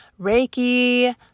Reiki